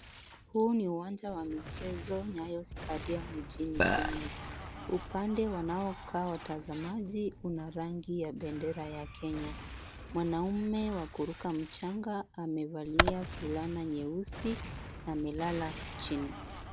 Huu ni uwanja wa michezo Nyayo stadium mjini Kenya. Upande wanaokaa watazamaji huna rangi ya bendera ya Kenya. Wanaume wakuruka mchanga amevalia fulana nyeusi, amelala chini.